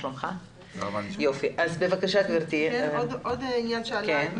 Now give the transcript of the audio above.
עוד עניין שעלה אתמול.